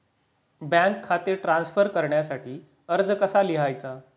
Bank खाते transfer करण्यासाठी अर्ज कसा लिहायचा?